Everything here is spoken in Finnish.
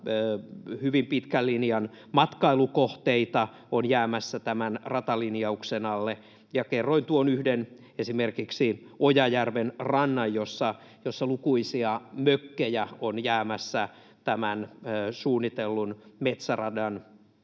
hyvin pitkän linjan matkailukohteita on jäämässä tämän ratalinjauksen alle, ja kerroin tuon yhden esimerkin Ojajärven rannasta, jossa lukuisia mökkejä on jäämässä tämän suunnitellun metsäradan